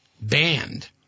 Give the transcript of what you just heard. Banned